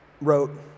wrote